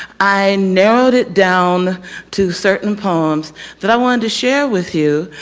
i narrowed it down to certain poems that i wanted to share with you,